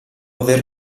aver